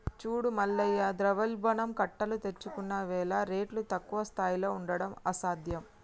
చూడు మల్లయ్య ద్రవ్యోల్బణం కట్టలు తెంచుకున్నవేల రేట్లు తక్కువ స్థాయిలో ఉండడం అసాధ్యం